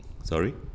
sorry